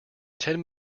ten